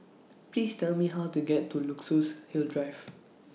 Please Tell Me How to get to Luxus Hill Drive